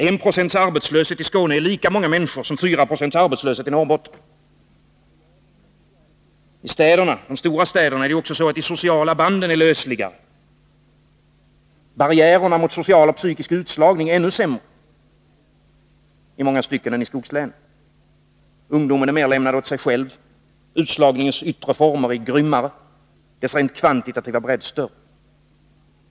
1 procents arbeslöshet i Skåne är lika med 4 procents arbetslöshet i Norrbotten. I de stora städerna är också de sociala banden lösligare. Barriärerna mot social och psykisk utslagning är där ännu sämre i många stycken än de är i skogslänen. Ungdomarna är mera lämnade åt sig själva. Utslagningens yttre former är grymmare, och dess kvantitativa bredd är större.